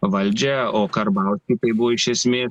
valdžią o karbauskiui tai buvo iš esmės